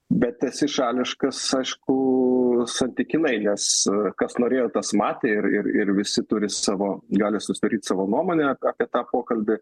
bet esi šališkas aišku santykinai nes kas norėjo tas matė ir ir ir visi turi savo gali susidaryt savo nuomonę apie tą pokalbį